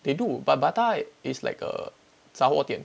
they do but but Bata is like a 杂货店